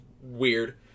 weird